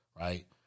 right